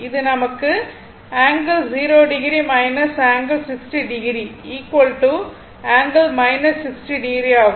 இது நமக்கு ∠0o ∠60o ∠ 60o ஆகும்